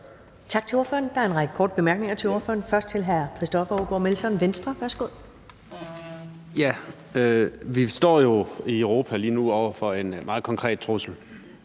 lige nu i Europa over for en meget konkret trussel